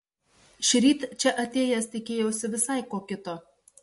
šįryt čia atėjęs tikėjausi visai ko kito